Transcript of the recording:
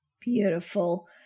Beautiful